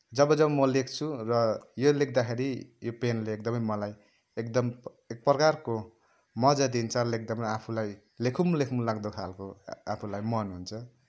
जब जब म लेख्छु र यो लेख्दाखेरि यो पेनले एकदमै मलाई एकदम एक प्रकारको मजा दिन्छ लेख्दा पनि आफूलाई लेखौँ लेखौँ लाग्दो खालको आफूलाई मन हुन्छ